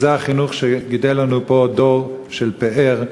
וזה החינוך שגידל לנו פה דור של פאר,